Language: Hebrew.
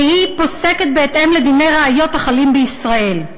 והיא פוסקת בהתאם לדיני ראיות החלים בישראל.